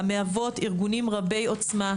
המהוות ארגונים רבי עוצמה,